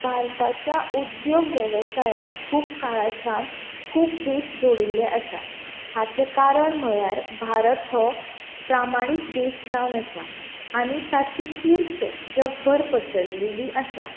भारताच्या उद्द्योग वेवसायाक खूब काळा सावन खूब देश जोडिल्ले आसात हाचें कारण म्हळ्यार भारत हो प्रामाणीक देश जावन आसा आनी ताची किर्त जगभर पसरलेली आसा